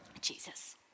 Jesus